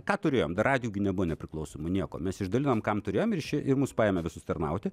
ką turėjom dar radijų gi nebuvo nepriklausomų nieko mes išdalinom kam turėjom ir išė ir mus paėmė visus tarnauti